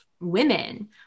Women